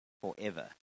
forever